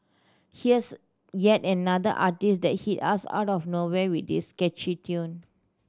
here's yet another artiste that hit us out of nowhere with this catchy tune